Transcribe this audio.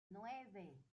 nueve